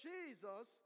Jesus